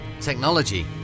technology